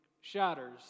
shatters